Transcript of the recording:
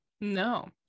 No